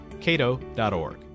cato.org